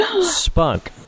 spunk